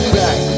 back